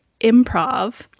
improv